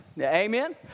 amen